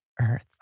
earth